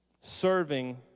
serving